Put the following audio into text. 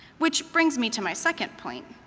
which brings me to my second point.